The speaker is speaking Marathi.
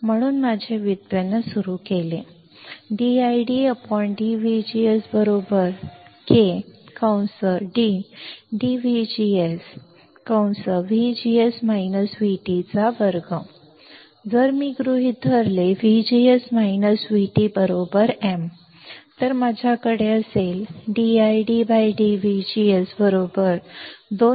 म्हणून जर मी माझे व्युत्पन्न सुरू केले dID dVGS K d dVGS 2 आता जर मी गृहीत धरले VGS VT m मग माझ्याकडे असेल dID dVGS 2 Km dm dVGS